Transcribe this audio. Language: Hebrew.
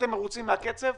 מרוצים מהקצב,